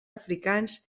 africans